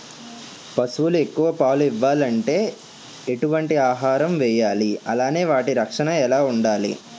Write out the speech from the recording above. పశువులు ఎక్కువ పాలు ఇవ్వాలంటే ఎటు వంటి ఆహారం వేయాలి అలానే వాటి రక్షణ ఎలా వుండాలి?